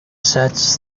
sets